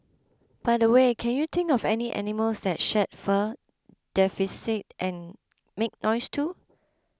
by the way can you think of any animals that shed fur defecate and make noise too